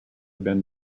been